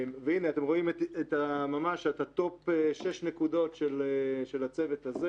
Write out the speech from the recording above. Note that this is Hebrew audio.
והנה, אתם רואים את שש הנקודות של הצוות הזה